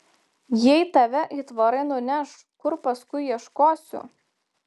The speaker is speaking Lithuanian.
jei tave aitvarai nuneš kur paskui ieškosiu